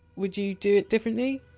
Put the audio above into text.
would you do it differently?